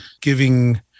giving